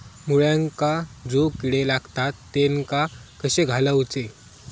मुळ्यांका जो किडे लागतात तेनका कशे घालवचे?